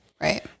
Right